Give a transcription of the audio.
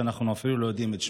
שאנחנו אפילו לא יודעים את שמו.